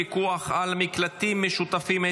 פיקוח על מקלטים משותפים),